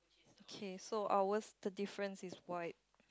okay so our the difference is quite